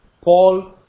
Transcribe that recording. Paul